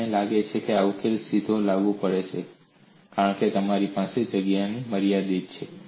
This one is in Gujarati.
તેમને લાગે છે કે આ ઉકેલ સીધો લાગુ પડે છે કારણ કે તમારી પાસે જગ્યાની મર્યાદા છે